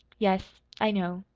yes, i know,